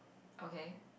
okay